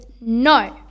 no